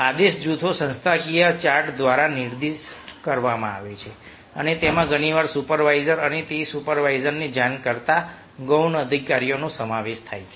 આદેશ જૂથો સંસ્થાકીય ચાર્ટ દ્વારા નિર્દિષ્ટ કરવામાં આવે છે અને તેમાં ઘણીવાર સુપરવાઇઝર અને તે સુપરવાઇઝરને જાણ કરતા ગૌણ અધિકારીઓનો સમાવેશ થાય છે